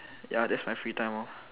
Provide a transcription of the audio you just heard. ya that's my free time lor